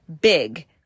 big